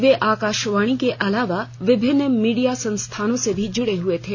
वे आकाशवाणी के अलावा विभिन्न मीडिया संस्थानों से भी जुड़े हुए थे